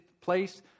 place